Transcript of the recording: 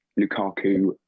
Lukaku